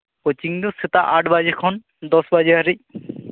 coaching ᱫᱚ ᱥᱮᱛᱟᱜ ᱟᱴ ᱵᱟᱡᱮ ᱠᱷᱚᱱ ᱫᱚᱥ ᱵᱟᱡᱮ ᱦᱟᱨᱤᱡ